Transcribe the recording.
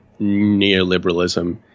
neoliberalism